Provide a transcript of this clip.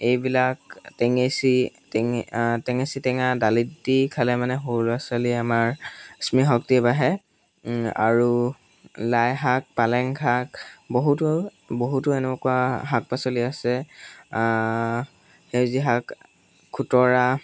এইবিলাক টেঙেচি টেঙে টেঙেচি টেঙা দালিত দি খালে মানে সৰু ল'ৰা ছোৱালীয়ে আমাৰ স্মৃতি শক্তি বাঢ়ে আৰু লাই শাক পালেং শাক বহুতো বহুতো এনেকুৱা শাক পাচলি আছে সেউজীয়া শাক খুতুৰা